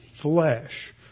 flesh